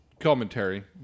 Commentary